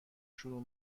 شروع